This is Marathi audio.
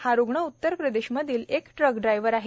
हा रुग्ण उत्तर प्रदेश मधील ट्रक ड्रायव्हर आहे